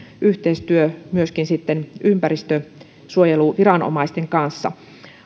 yhteistyötä myöskin ympäristönsuojeluviranomaisten kanssa